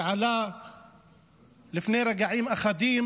שעלה לפני רגעים אחדים